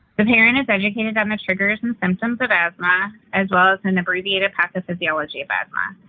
the parent is educated on the triggers and symptoms of asthma, as well as an abbreviated pathophysiology of asthma.